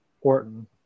Orton